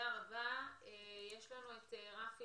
רפי